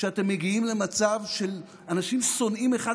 שאתם מגיעים למצב של אנשים שונאים אחד